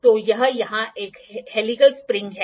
तो यह यहां एक हेलीकल स्प्रिंग है